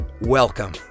Welcome